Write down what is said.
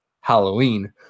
Halloween